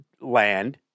land